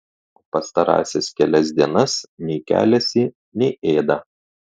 o pastarąsias kelias dienas nei keliasi nei ėda